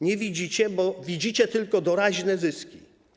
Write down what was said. Nie widzicie tego, bo widzicie tylko doraźne zyski.